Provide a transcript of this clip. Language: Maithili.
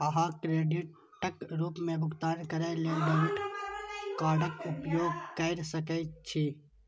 अहां क्रेडिटक रूप मे भुगतान करै लेल डेबिट कार्डक उपयोग कैर सकै छी